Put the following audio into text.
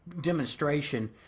demonstration